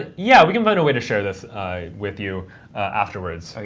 and yeah. we can find a way to share this with you afterwards. so